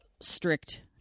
strict